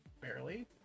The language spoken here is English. barely